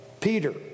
Peter